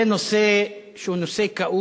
זה נושא כאוב,